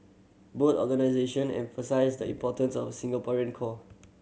both organisation emphasise the importance of a Singaporean core